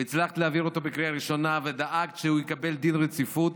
הצלחת להעביר אותו בקריאה ראשונה ודאגת שהוא יקבל דין רציפות.